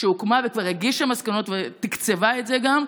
שהוקמה וכבר הגישה מסקנות ותקצבה את זה גם,